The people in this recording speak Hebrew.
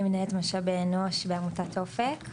אני מנהלת משאבי אנוש בעמותת "אופק",